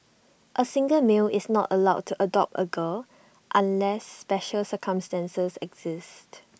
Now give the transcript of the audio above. A single male is not allowed to adopt A girl unless special circumstances exist